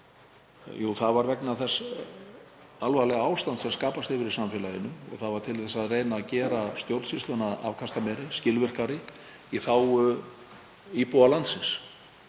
Jú, það var vegna þess alvarlega ástands sem skapast hafði í samfélaginu og það var til að reyna að gera stjórnsýsluna afkastameiri og skilvirkari í þágu íbúa landsins,